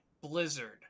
Blizzard